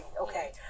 okay